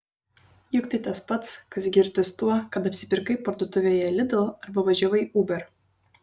juk tai tas pats kas girtis tuo kad apsipirkai parduotuvėje lidl arba važiavai uber